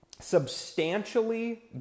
substantially